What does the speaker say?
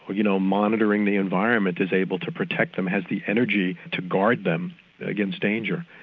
you know, monitoring the environment, is able to protect them, has the energy to guard them against danger.